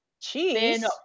cheese